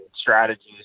strategies